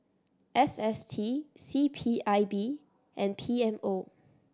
S S T C P I B and P M O